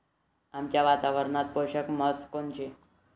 आमच्या वातावरनात पोषक म्हस कोनची?